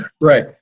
Right